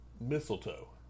mistletoe